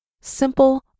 simple